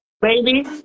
baby